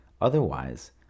Otherwise